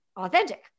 authentic